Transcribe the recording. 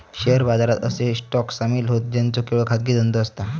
share बाजारात असे stock सामील होतं ज्यांचो केवळ खाजगी धंदो असता